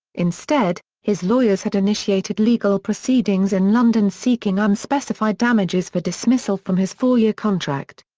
instead, his lawyers had initiated legal proceedings in london seeking unspecified damages for dismissal from his four-year contract.